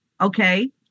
Okay